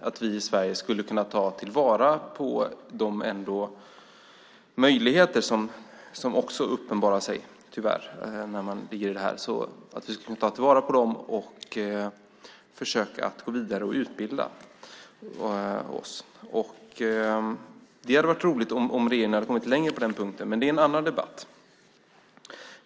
att vi i Sverige skulle kunna ta vara på de möjligheter som också tyvärr uppenbarar sig, att vi skulle kunna ta vara på dem och försöka gå vidare och utbilda oss. Det hade varit roligt om regeringen hade kommit längre på den punkten, men det är en annan debatt.